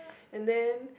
and then